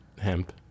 hemp